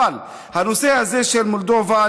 אבל הנושא הזה של מולדובה,